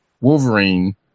Wolverine